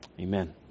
Amen